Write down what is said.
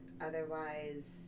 Otherwise